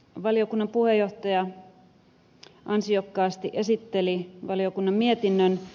valiokunnan puheenjohtaja ansiokkaasti esitteli valiokunnan mietinnön